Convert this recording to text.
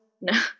no